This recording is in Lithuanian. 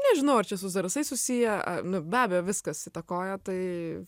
nežinau ar čia su zarasais susiję nu be abejo viskas įtakoja tai